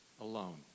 alone